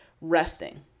resting